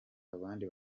abandi